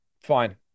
Fine